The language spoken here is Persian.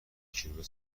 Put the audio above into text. کیلومتر